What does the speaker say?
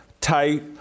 tight